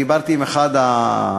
דיברתי עם אחד העוזרים,